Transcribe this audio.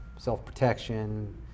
self-protection